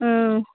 ಹ್ಞೂ